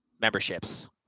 memberships